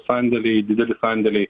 sandėliai dideli sandėliai